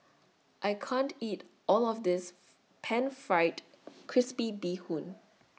I can't eat All of This Pan Fried Crispy Bee Hoon